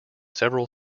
several